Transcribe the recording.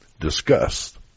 Discussed